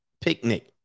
Picnic